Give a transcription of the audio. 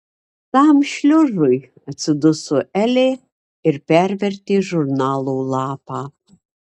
tam šliužui atsiduso elė ir pervertė žurnalo lapą